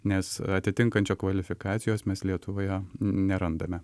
nes atitinkančio kvalifikacijos mes lietuvoje nerandame